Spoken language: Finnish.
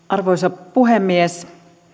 arvoisa puhemies